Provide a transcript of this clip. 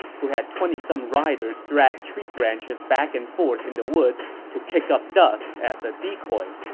who had twenty some riders drag tree branches back and forth in the woods to kick up dust as a decoy.